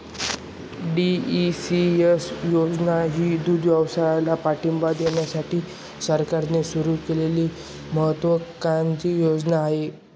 DEDS योजना ही दुग्धव्यवसायाला पाठिंबा देण्यासाठी सरकारने सुरू केलेली महत्त्वाकांक्षी योजना आहे